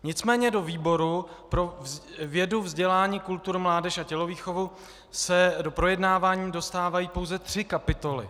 Nicméně do výboru pro vědu, vzdělání, kulturu, mládež a tělovýchovu se do projednávání dostávají pouze tři kapitoly.